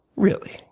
really.